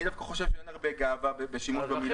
אני דווקא חושב שאין הרבה גאווה בשימוש במילה הזאת.